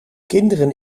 kinderen